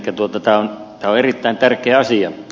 tämä on erittäin tärkeä asia